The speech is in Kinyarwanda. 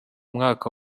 mwaka